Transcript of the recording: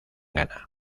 gana